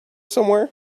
somewhere